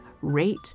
Rate